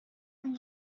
where